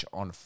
on